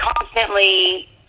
constantly